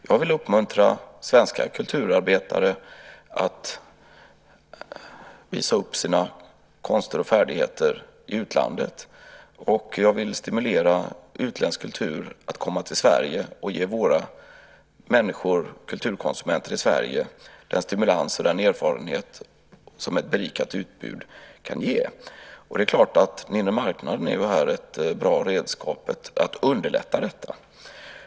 Jag vill uppmuntra svenska kulturarbetare att visa upp sina konster och färdigheter i utlandet, och jag vill stimulera utländsk kultur att komma till Sverige och ge våra människor, kulturkonsumenter i Sverige, den stimulans och den erfarenhet som ett berikat utbud kan ge. Det är klart att den inre marknaden här är ett bra redskap för att underlätta detta.